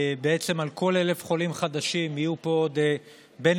בעצם על כל 1,000 חולים חדשים יהיו פה עוד בין